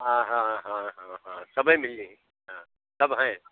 हाँ हाँ हाँ सब ही मिल जहियें हाँ सब हैं